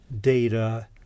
data